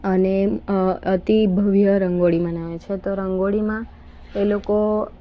અને અતિ ભવ્ય રંગોળી મનાવે છે તો રંગોળીમાં એ લોકો